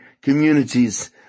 communities